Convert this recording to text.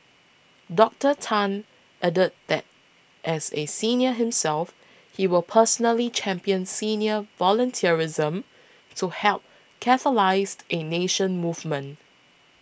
Doctor Tan added that as a senior himself he will personally champion senior volunteerism to help catalysed a nation movement